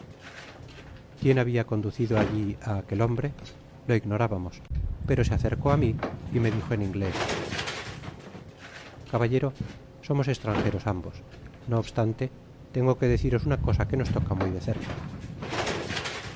quién labia conducido alli á aquel hombre lo ignorábamos perp se acercó á mi y me dijo en inglés caballero somos estranjeros ambos no obstante tengo que deciros una cosa qne nos toca muy de cerca